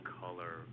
color